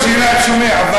השאלה אם שומע,